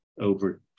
over